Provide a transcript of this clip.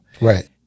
Right